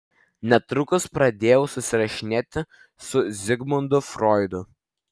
netrukus pradėjau susirašinėti su zigmundu froidu